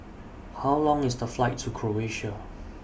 How Long IS The Flight to Croatia